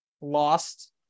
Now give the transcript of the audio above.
lost